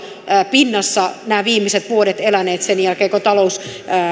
pinnassa nämä viimeiset vuodet eläneet sen jälkeen kun